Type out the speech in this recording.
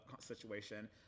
situation